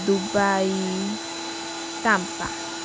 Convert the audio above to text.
Dubai Tampa